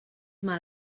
mal